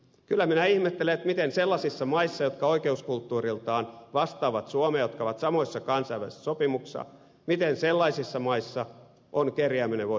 kyllä minä ihmettelen miten sellaisissa maissa jotka oikeuskulttuuriltaan vastaavat suomea jotka ovat samoissa kansainvälisissä sopimuksissa on kerjääminen voitu kieltää